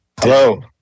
Hello